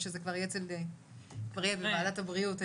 כשזה כבר יהיה בוועדת הבריאות,